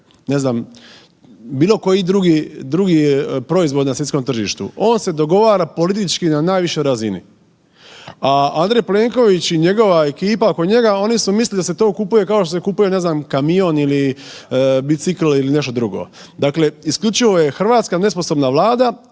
ne znam bilo koji drugi proizvod na svjetskom tržištu, on se dogovara politički na najvišoj razini. A Andrej Plenković i njegova ekipa oko njega oni su mislili da se to kupuje kao što se kupuje ne znam kamion ili bicikl ili nešto drugo. Dakle, isključivo je hrvatska nesposobna Vlada